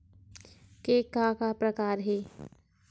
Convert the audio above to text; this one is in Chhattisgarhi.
के का का प्रकार हे?